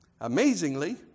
Amazingly